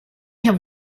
have